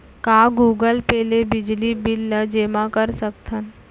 का Google Pay ले बिजली बिल ल जेमा कर सकथन?